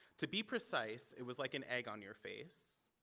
to be precise, it was like an egg on your face.